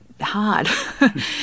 hard